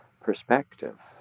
perspective